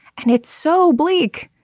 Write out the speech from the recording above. and it's so bleak.